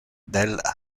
del